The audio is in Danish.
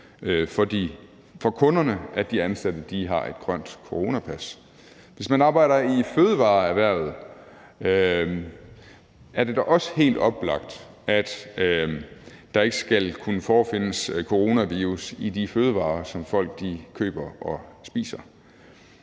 for kunderne, at de ansatte har et grønt coronapas. Hvis man arbejder i fødevareerhvervet, er det da også helt oplagt, at der ikke skal kunne forefindes coronavirus i de fødevarer, som folk køber og spiser.